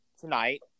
tonight